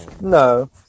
No